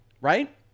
right